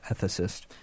ethicist